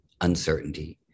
uncertainty